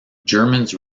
germans